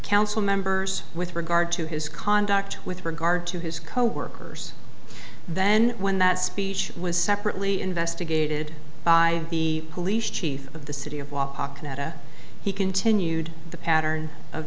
council members with regard to his conduct with regard to his coworkers then when that speech was separately investigated by the police chief of the city of walk neta he continued the pattern of